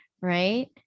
right